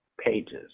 pages